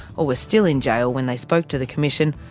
or were still in jail when they spoke to the commission,